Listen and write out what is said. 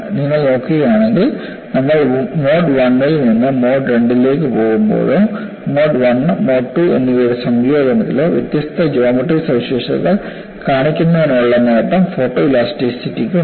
നിങ്ങൾ നോക്കുകയാണെങ്കിൽ നമ്മൾ മോഡ് 1 ഇൽ നിന്ന് മോഡ് 2 ലേക്ക് പോകുമ്പോഴോ മോഡ് 1 മോഡ് 2 എന്നിവയുടെ സംയോജനത്തിലോ വ്യത്യസ്ത ജോമട്രി സവിശേഷതകൾ കാണിക്കുന്നതിനുള്ള നേട്ടം ഫോട്ടോഇലാസ്റ്റിറ്റിക്ക് ഉണ്ട്